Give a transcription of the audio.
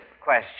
question